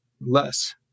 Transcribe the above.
less